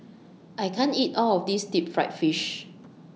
I can't eat All of This Deep Fried Fish